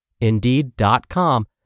Indeed.com